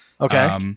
Okay